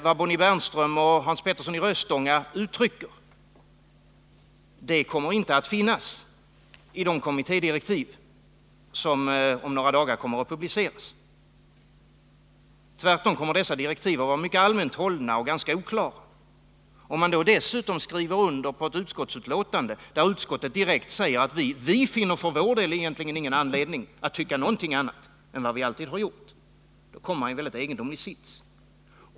Vad Bonnie Bernström och Hans Petersson i Röstånga uttrycker kommer inte att finnas med i de kommittédirektiv som om några dagar kommer att publiceras. Tvärtom kommer dessa direktiv att vara mycket allmänt hållna och ganska oklara. Om man dessutom skrivit under ett utskottsbetänkande, där utskottet direkt säger att vi finner för vår del inte någon egentlig anledning att tycka något annat än vad vi alltid har tyckt, kommer man i en mycket egendomlig sits.